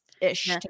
ish